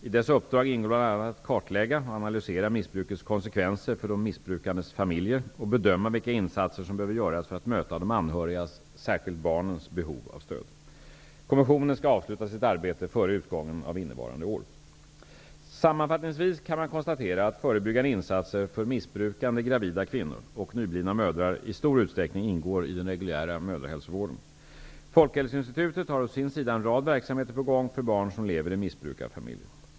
I dess uppdrag ingår bl.a. att kartlägga och analysera missbrukets konsekvenser för de missbrukandes familjer och bedöma vilka insatser som behöver göras för att möta de anhörigas, särskilt barnens, behov av stöd. Kommissionen skall avsluta sitt arbete före utgången av innevarande år. Sammanfattningsvis kan man konstatera att förebyggande insatser för missbrukande gravida kvinnor och nyblivna mödrar i stor utsträckning ingår i den reguljära mödrahälsovården. Folkhälsoinstitutet har å sin sida en rad verksamheter på gång för barn som lever i missbrukarfamiljer.